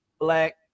black